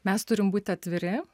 mes turim būti atviri